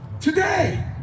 today